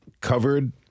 covered